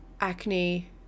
acne